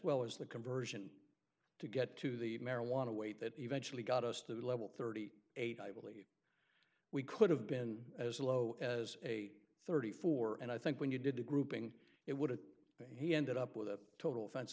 well as the conversion to get to the marijuana weight that eventually got us to the level thirty eight i believe we could have been as low as a thirty four and i think when you did the grouping it would have he ended up with a total offense